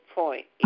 point